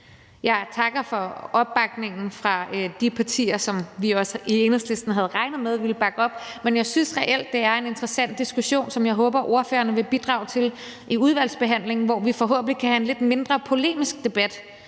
Jeg takker for opbakningen fra de partier, som vi også i Enhedslisten havde regnet med ville bakke op, men jeg synes reelt, det er en interessant diskussion, som jeg også håber ordførerne vil bidrage til i udvalgsbehandlingen, hvor vi forhåbentlig kan have en lidt mindre polemisk debat,